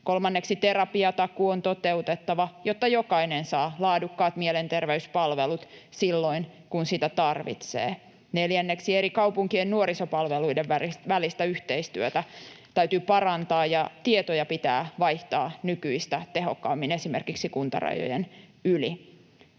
Kolmanneksi, terapiatakuu on toteutettava, jotta jokainen saa laadukkaat mielenterveyspalvelut silloin, kun niitä tarvitsee. Neljänneksi, eri kaupunkien nuorisopalveluiden välistä yhteistyötä täytyy parantaa ja tietoja pitää vaihtaa nykyistä tehokkaammin esimerkiksi kuntarajojen yli.